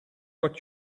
what